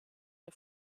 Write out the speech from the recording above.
der